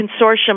Consortium